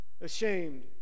ashamed